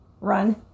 run